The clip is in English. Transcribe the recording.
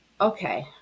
okay